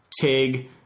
TIG